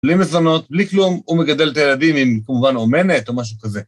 בלי מזונות, בלי כלום, הוא מגדל את הילדים עם כמובן אומנת או משהו כזה.